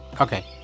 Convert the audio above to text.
Okay